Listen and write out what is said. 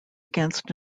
against